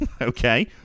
okay